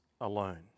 alone